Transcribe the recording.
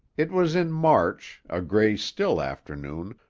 it was in march, a gray, still afternoon,